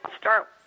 start